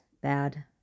bad